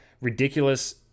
ridiculous